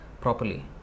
properly